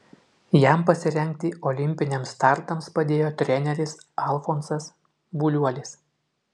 jam pasirengti olimpiniams startams padėjo treneris alfonsas buliuolis